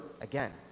again